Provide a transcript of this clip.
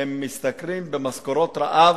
הם משתכרים משכורות רעב,